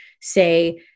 say